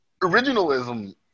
Originalism